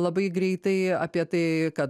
labai greitai apie tai kad